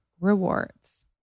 rewards